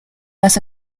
las